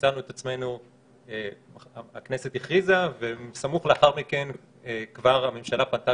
במצב שהכנסת הכריזה וסמוך לאחר מכן כבר הממשלה פנתה